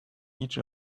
each